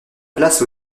place